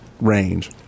range